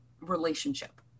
relationship